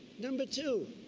number two,